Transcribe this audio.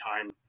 time